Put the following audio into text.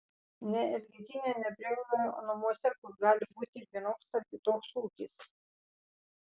ne elgetyne ne prieglaudoje o namuose kur gali būti ir vienoks ar kitoks ūkis